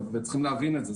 צריך להבין את זה.